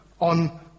on